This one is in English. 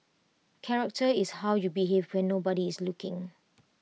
character is how you behave when nobody is looking